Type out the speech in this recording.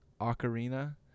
ocarina